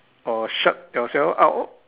or shut yourself out